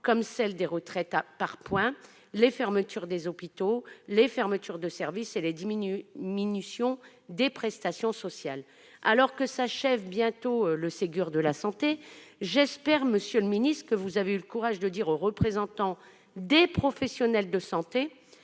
celle des retraites par points par exemple, ainsi que les fermetures d'hôpitaux, les fermetures de services et la diminution des prestations sociales. Alors que s'achève bientôt le Ségur de la santé, j'espère, monsieur le secrétaire d'État, que vous avez eu le courage de dire aux représentants des professionnels de santé